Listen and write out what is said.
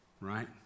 right